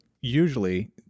usually